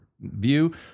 view